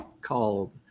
called